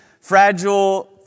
fragile